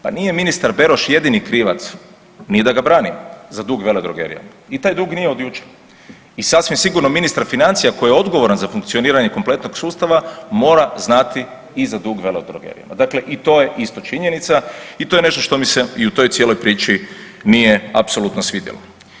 Pa nije ministar Beroš jedini krivac, nije da ga branim za dug veledrogerijama i taj dug nije od jučer i sasvim sigurno ministar financija koji je odgovoran za funkcioniranje kompletnog sustava mora znati i za dug veledrogerijama, dakle i to je isto činjenica i to je nešto što mi se i u toj cijeloj priči nije apsolutno svidjelo.